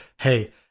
hey